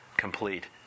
Complete